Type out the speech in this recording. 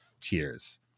Cheers